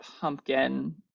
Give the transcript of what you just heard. pumpkin